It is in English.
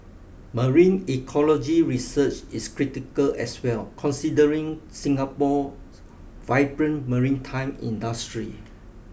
marine ecology research is critical as well considering Singapore vibrant maritime industry